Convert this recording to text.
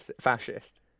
fascist